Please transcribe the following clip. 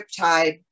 Riptide